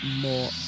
more